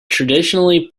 traditionally